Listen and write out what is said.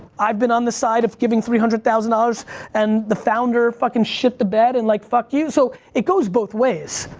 i've been on the side of giving three hundred thousand dollars and the founder and shit the bed and like fuck you so it goes both ways.